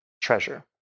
treasure